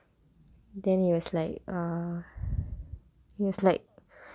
then he was like err he was like